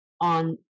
on